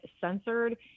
censored